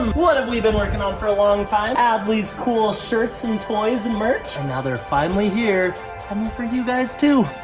what have we been working on for a long time? adley's cool shirt and toys and merch. and now they're finally here, and they're for you guys, too!